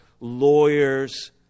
lawyers